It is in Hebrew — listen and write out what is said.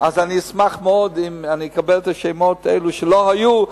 אז אשמח מאוד לקבל את השמות של אלה שלא היו,